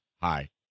Hi